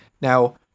Now